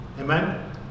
Amen